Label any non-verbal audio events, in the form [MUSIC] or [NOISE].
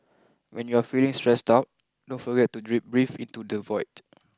when you are feeling stressed out don't forget to [UNINTELLIGIBLE] breathe into the void